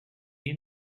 you